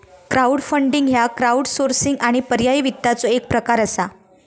crowdfunding ह्य crowdsourcing आणि पर्यायी वित्ताचो एक प्रकार असा